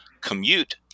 commute